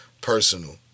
personal